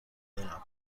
دارم